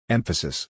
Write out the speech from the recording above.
Emphasis